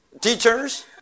teachers